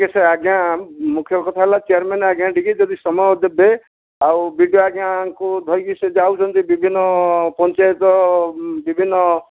ଆଜ୍ଞା ମୁଖ୍ୟ କଥା ହେଲା ଚେୟାରମେନ୍ ଆଜ୍ଞା ଟିକିଏ ଯଦି ସମୟ ଦେବେ ଆଉ ବି ଡ଼ି ଓ ଆଜ୍ଞାଙ୍କୁ ଧରିକି ସେ ଯାଉଛନ୍ତି ବିଭିନ୍ନ ପଞ୍ଚାୟତ ବିଭିନ୍ନ